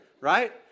Right